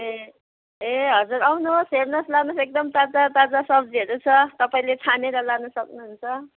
ए ए हजुर आउनुहोस् हेर्नुहोस् लानुहोस् एकदम ताजा ताजा सब्जीहरू छ तपाईँले छानेर लानु सक्नुहुन्छ